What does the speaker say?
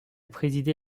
présidé